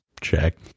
check